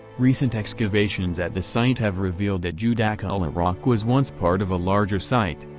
recent excavations at the site have revealed that judaculla rock was once part of a larger site,